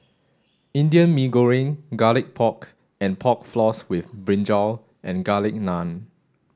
Indian Mee Goreng garlic pork and pork floss with brinjal and garlic naan